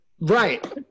Right